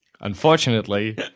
Unfortunately